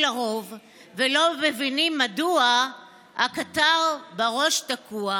לרוב / ולא מבינים מדוע / הקטר בראש תקוע.